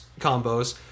combos